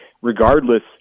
regardless